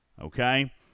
Okay